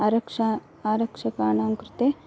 अरक्षकः आरक्षकाणां कृते